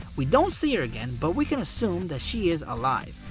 we don't see her again, but we can assume that she is alive.